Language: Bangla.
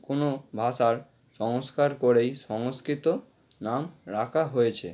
কোনও ভাষার সংস্কার করেই সংস্কৃত নাম রাখা হয়েছে